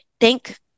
thank